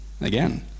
Again